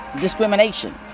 discrimination